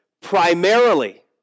primarily